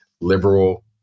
liberal